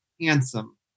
handsome